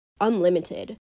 unlimited